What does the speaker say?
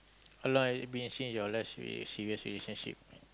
how long has it been since your last serious relationship